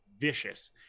vicious